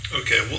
okay